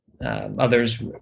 others